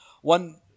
One